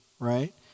right